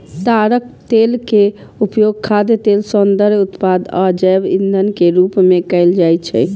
ताड़क तेल के उपयोग खाद्य तेल, सौंदर्य उत्पाद आ जैव ईंधन के रूप मे कैल जाइ छै